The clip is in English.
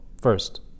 first